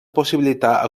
possibilitar